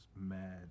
mad